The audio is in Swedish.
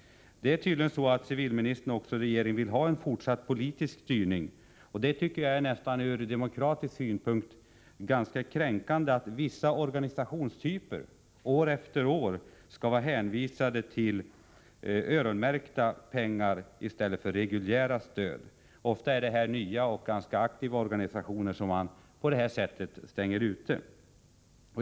Det är tydligen så att civilministern och regeringen vill ha en fortsatt politisk styrning. Jag tycker att det ur demokratisk synpunkt är nästan kränkande att vissa organisationstyper år efter år skall vara hänvisade till öronmärkta pengar i stället för till reguljära stöd. Ofta är det nya och ganska aktiva organisationer som man på detta sätt stänger ute.